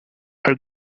are